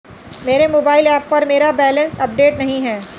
मेरे mobile app पर मेरा बैलेंस अपडेट नहीं है